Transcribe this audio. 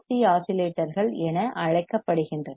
C RC ஆஸிலேட்டர்கள் என அழைக்கப்படுகின்றன